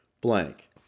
blank